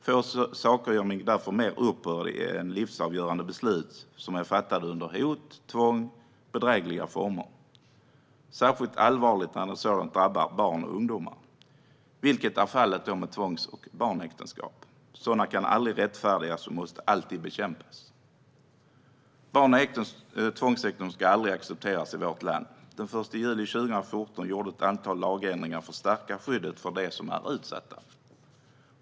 Få saker gör mig därför mer upprörd än livsavgörande beslut som är fattade under hot, tvång eller bedrägliga former. Särskilt allvarligt är det när sådant drabbar barn och ungdomar, vilket är fallet med tvångsäktenskap och barnäktenskap. Sådana kan aldrig rättfärdigas och måste alltid bekämpas. Barnäktenskap och tvångsäktenskap ska aldrig accepteras i vårt land. Den 1 juli 2014 trädde ett antal ändrade lagar i kraft för att stärka skyddet för dem som är utsatta.